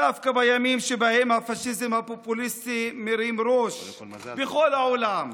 דווקא בימים שבהם הפשיזם הפופוליסטי מרים ראש בכל העולם,